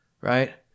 right